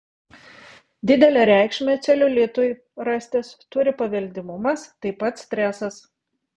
didelę reikšmę celiulitui rastis turi paveldimumas taip pat stresas